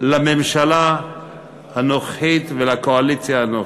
לממשלה הנוכחית ולקואליציה הנוכחית.